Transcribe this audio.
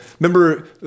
remember